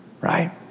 right